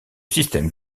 système